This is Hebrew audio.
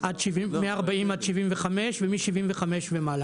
מ- 40 עד 75 ומ- 75 ומעלה.